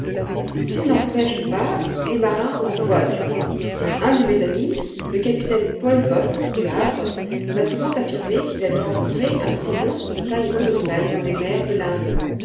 n'en pêchent pas les marins en voient du moins un de mes amis le capitaine paul bos du havre m'a souvent affirmé qu'il avait rencontré un de ces monstres de taille colossale dans les mers de l'inde